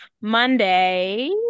monday